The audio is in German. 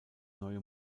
neue